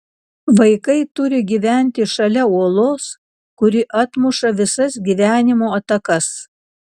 vaikai turi gyventi šalia uolos kuri atmuša visas gyvenimo atakas